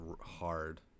hard